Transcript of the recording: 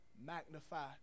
magnify